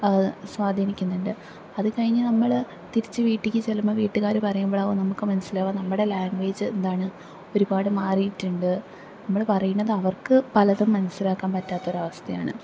സ്വാധീനിക്കുന്നുണ്ട് അത് കഴിഞ്ഞ് നമ്മള് തിരിച്ച് വീട്ടിലേക്ക് ചെല്ലുമ്പോൾ വീട്ട്കാര് പറയുമ്പൊളാവും നമുക്ക് മനസ്സിലാകുക നമ്മുടെ ലാങ്വേജ് എന്താണ് ഒരുപാട് മാറിയിട്ടുണ്ട് നമ്മള് പറയുന്നത് അവർക്ക് പലതും മനസ്സിലാക്കാൻ പറ്റാത്ത ഒരവസ്ഥയാണ്